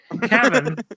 Kevin